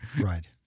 Right